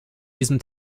diesem